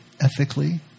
ethically